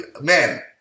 man